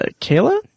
kayla